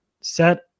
set